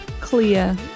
clear